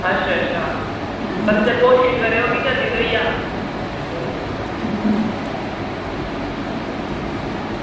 अच्छा अच्छा ते कोशिश करेओ की जल्दी थ्होई जा